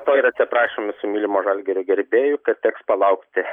to ir atsiprašom visų mylimo žalgirio gerbėjų kad teks palaukti